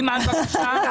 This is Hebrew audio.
אימאן, בבקשה.